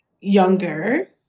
younger